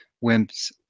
WIMP's